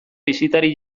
bisitari